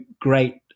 great